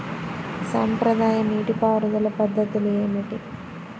సాంప్రదాయ నీటి పారుదల పద్ధతులు ఏమిటి?